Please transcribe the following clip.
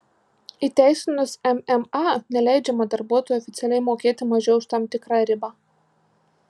įteisinus mma neleidžiama darbuotojui oficialiai mokėti mažiau už tam tikrą ribą